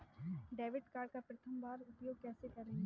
Debit card का प्रथम बार उपयोग कैसे करेंगे?